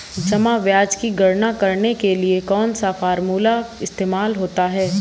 जमा ब्याज की गणना करने के लिए कौनसा फॉर्मूला इस्तेमाल होता है?